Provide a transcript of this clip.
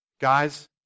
Guys